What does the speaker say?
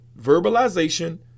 Verbalization